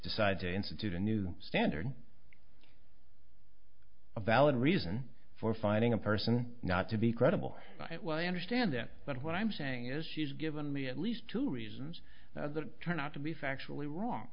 decide to institute a new standard a valid reason for finding a person not to be credible i understand that but what i'm saying is she's given me at least two reasons to turn out to be factually wrong